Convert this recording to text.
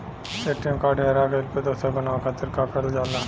ATM card हेरा गइल पर दोसर बनवावे खातिर का करल जाला?